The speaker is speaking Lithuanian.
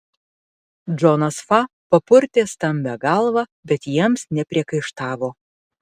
džonas fa papurtė stambią galvą bet jiems nepriekaištavo